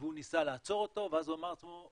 והוא ניסה ל =עצור אותו ואז הוא אמר את זה לעצמו,